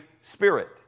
spirit